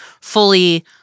fully